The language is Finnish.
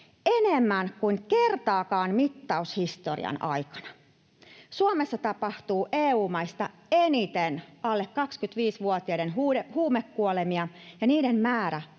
enemmän kuin kertaakaan mittaushistorian aikana. Suomessa tapahtuu EU-maista eniten alle 25-vuotiaiden huumekuolemia, ja niiden määrä